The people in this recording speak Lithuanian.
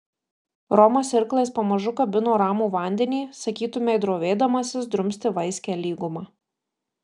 romas irklais pamažu kabino ramų vandenį sakytumei drovėdamasis drumsti vaiskią lygumą